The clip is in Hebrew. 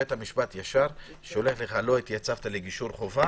בית המשפט ישר שולח לך: לא התייצבת לגישור חובה